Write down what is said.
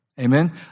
Amen